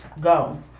go